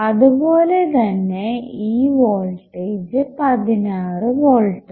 അതുപോലെതന്നെ ഈ വോൾട്ടേജ് 16 വോൾട്ടും